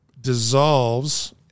dissolves